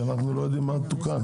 כי אנחנו לא יודעים מה תוקן.